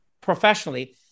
professionally